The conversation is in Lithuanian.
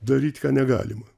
daryt ką negalima